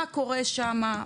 מה קורה שמה?